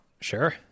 sure